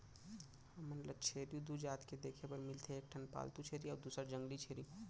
हमन ल छेरी दू जात के देखे बर मिलथे एक ठन पालतू छेरी अउ दूसर जंगली छेरी